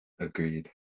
Agreed